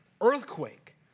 earthquake